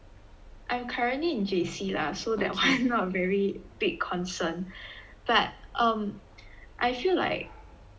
I'm currently in J_C lah so that one not very big concern but um I feel like